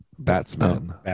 Batsman